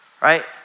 Right